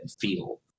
feel